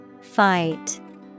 Fight